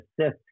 assist